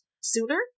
sooner